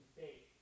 faith